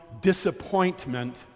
disappointment